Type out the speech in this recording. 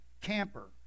camper